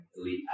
elite